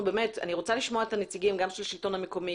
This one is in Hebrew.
אני רוצה לשמוע את נציגי השלטון המקומי,